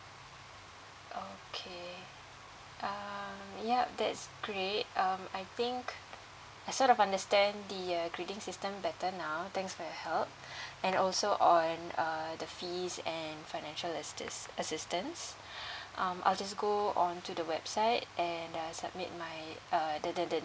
okay err yup that's great um I think I sort of understand the uh grading system better now thanks for your help and also on uh the fees and financial assista~ assistance um I'll just go on to the website and uh submit my uh the the the